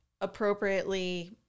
appropriately